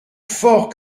fort